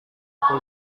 aku